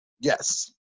Yes